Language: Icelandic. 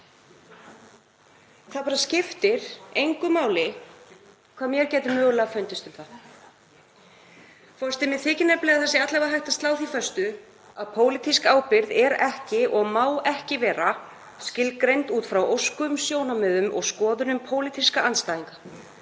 það. Það skiptir bara engu máli hvað mér gæti mögulega fundist um það. Forseti. Mér þykir nefnilega að það sé alla vega hægt að slá því föstu að pólitísk ábyrgð er ekki og má ekki vera skilgreind út frá óskum, sjónarmiðum og skoðunum pólitískra andstæðinga.